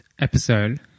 episode